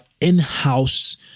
in-house